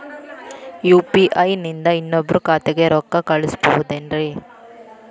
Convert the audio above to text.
UPI ನಿಂದ ಇನ್ನೊಬ್ರ ಖಾತೆಗೆ ರೊಕ್ಕ ಕಳ್ಸಬಹುದೇನ್ರಿ?